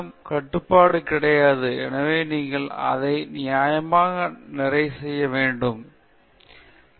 எனவே உங்களிடம் கட்டுப்பாடு கிடையாது எனவே நீங்கள் அதை நியாயமாக நிறைவு செய்ய வேண்டும் யாரைத் தேர்ந்தெடுப்பீர்கள் என்று நீங்கள் முடிவு செய்ய வேண்டும்